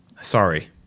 Sorry